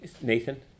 Nathan